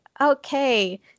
okay